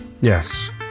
Yes